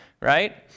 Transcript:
right